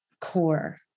core